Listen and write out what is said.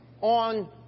on